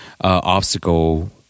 obstacle